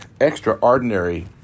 extraordinary